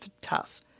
tough